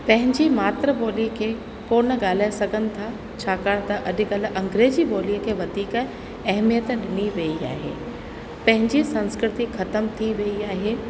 पंहिंजी मातृ ॿोली खे कोन ॻाल्हाए सघनि था छाकाणि अॼुकल्ह अंग्रेजी ॿोलीअ खे वधीक अहिमियत ॾिनी रही आहे पंहिंजी संस्कृति ख़तम थी वई आहे